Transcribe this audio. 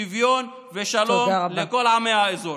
שוויון ושלום לכל עמי האזור.